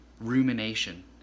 rumination